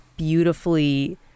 Beautifully